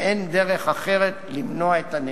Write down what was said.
ואין דרך אחרת למנוע את הנזק,